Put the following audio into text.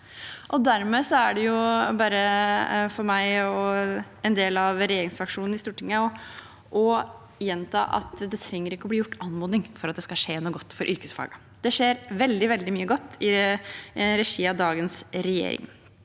Dermed er det bare for meg og en del av regjeringsfraksjonen i Stortinget å gjenta at det ikke trenger å bli gjort anmodning for at det skal skje noe godt for yrkesfagene. Det skjer veldig, veldig mye godt i regi av dagens regjering.